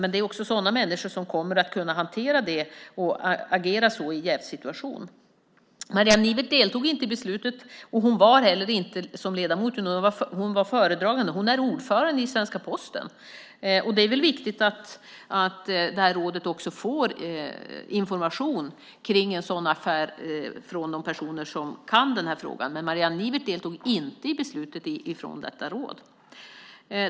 Men det är människor som kommer att kunna hantera det och agera i en jävssituation. Marianne Nivert deltog inte i beslutet. Hon var heller inte ledamot, utan hon var föredragande. Hon är ordförande i svenska Posten. Det är viktigt att rådet får information om en sådan affär från de personer som kan frågan. Men Marianne Nivert deltog inte i beslutet i detta råd.